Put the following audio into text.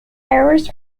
errors